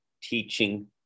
teaching